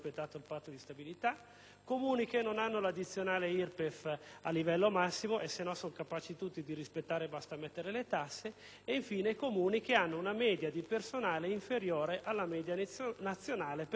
quelli che non hanno l'addizionale IRPEF a livello massimo (altrimenti sono capaci tutti, perché basta aumentare le tasse) e, infine, quelli che hanno una media di personale inferiore alla media nazionale per fascia dimensionale.